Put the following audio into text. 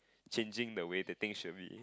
changing the way that things should be